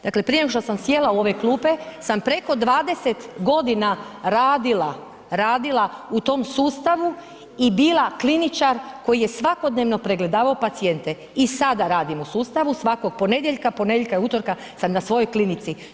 Dakle, prije nego što sam sjela u ove klupe, sam preko 20.g. radila, radila u tom sustavu i bila kliničar koji je svakodnevno pregledavao pacijente i sada radim u sustavu, svakog ponedjeljka, ponedjeljka i utorka sam na svojoj klinici.